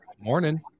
morning